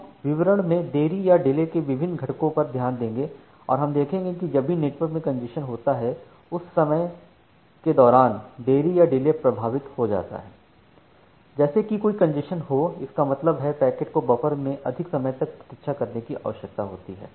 हम विवरण में देरी या डिले के विभिन्न घटकों पर ध्यान देंगे और हम देखेंगे कि जब भी नेटवर्क में कंजेशन होता है उस समय के दौरान देरी या डिले प्रभावित हो जाता है जैसे कि कोई कंजेशन हो इसका मतलब है पैकेट को बफर में अधिक समय तक प्रतीक्षा करने की आवश्यकता होती है